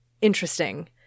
interesting